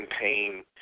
pain